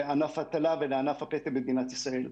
משמעות לענף ההטלה ולענף הפטם במדינת ישראל.